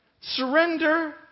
Surrender